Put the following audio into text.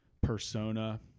persona